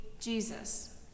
Jesus